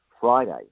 Friday